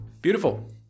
Beautiful